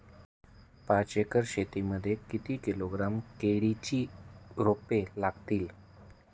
पाच एकर शेती मध्ये किती किलोग्रॅम केळीची रोपे लागतील?